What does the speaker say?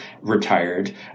retired